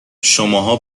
شماها